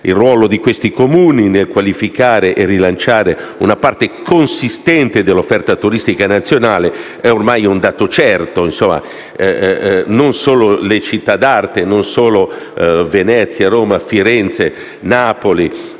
Il ruolo di questi Comuni nel qualificare e rilanciare una parte consistente dell'offerta turistica nazionale è ormai un dato certo: non solo le città d'arte, non solo Venezia, Roma, Firenze, Napoli,